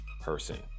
person